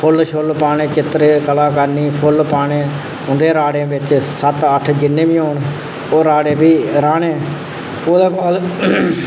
फुल्ल शुल्ल पाने चित्र कला करनी फुल्ल पाने उं'दे राह्ड़ें बिच सत्त अट्ठ जिन्ने बी होन ओह् राह्ड़े भी राह्ने ओह्दे बाद